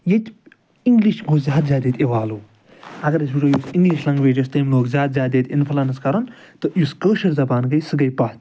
ییٚتہِ اِنگلِش گوٚو زیادٕ زیادٕ ییٚتہِ اِوالوٗ اگر أسۍ وُچھَو یُس اِنگلِش لَنٛگویج ٲسۍ تٔمۍ لوگ زیادٕ زیادٕ ییٚتہِ اِنٛفُلَنٕس کَرُن تہٕ یُس کٲشِر زبان گٕے سُہ گٕے پَتھ